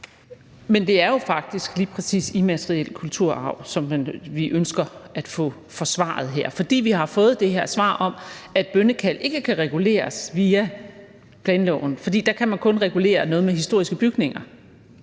Men det er jo faktisk lige præcis immateriel kulturarv, som vi ønsker at få forsvaret her, fordi vi har fået det her svar om, at bønnekald ikke kan reguleres via planloven. For der kan man kun regulere noget med historiske bygninger.